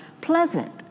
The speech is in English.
pleasant